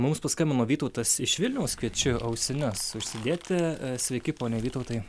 mums paskambino vytautas iš vilniaus kviečiu ausines užsidėti sveiki pone vytautai